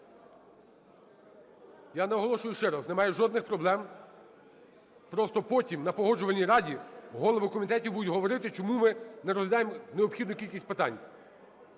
Я наголошую ще раз. Немає жодних проблем, просто потім на Погоджувальній раді голови комітетів будуть говорити, чому ми не розглядаємо необхідну кількість питань.